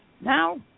Now